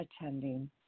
attending